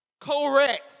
correct